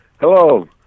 Hello